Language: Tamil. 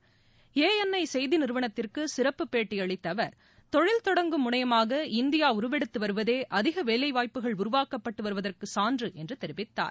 வ என் ஐ செய்தி நிறுவனத்திற்கு சிறப்பு பேட்டி அளித்த அவர் தொழில் தொடங்கும் முனையமாக இந்தியா உருவெடுத்து வருவதே அதிக வேலைவாய்ப்புக்கள் உருவாக்கப்பட்டு வருவதற்கு சான்று என்று தெரிவித்தார்